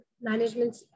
management